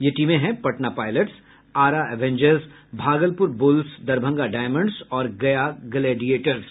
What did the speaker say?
ये टीमें हैं Patna Pilots Ara Avengers Bhagalpur Bulls Darbhanga Diamonds और गया ग्लैडियटर्स